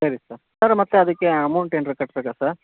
ಸರಿ sir sir ಮತ್ತು ಅದಕ್ಕೆ ಅಮೌಂಟ್ ಏನರ ಕಟ್ಟಬೇಕಾ ಸರ್